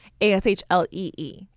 A-S-H-L-E-E